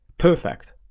perfect.